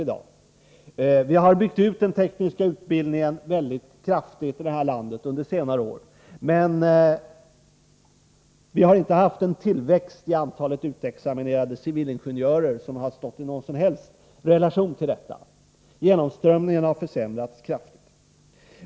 Vi har under senare år kraftigt byggt ut den tekniska utbildningen här i landet, men vi har inte haft en tillväxt i antalet utexaminerade civilingenjörer som stått i någon som helst relation till detta. Genomströmningen har försämrats kraftigt.